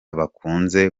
bakunze